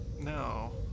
no